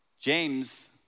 James